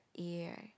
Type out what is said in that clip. ear